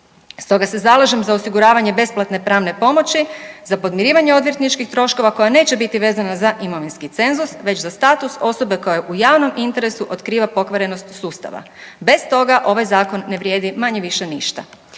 Stoga se zalažem za osiguravanje besplatne pravne pomoći za podmirivanje odvjetničkih troškova koja neće biti vezana za imovinski cenzus već za status osobe koja u javnom interesu otkriva pokvarenost sustava. Bez toga ovaj Zakon ne vrijedi, manje-više ništa.